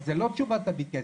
אז זו לא תשובה תביא כסף,